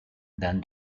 than